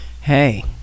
hey